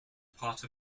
part